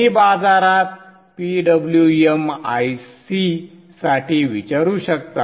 तुम्ही बाजारात PWM IC साठी विचारू शकता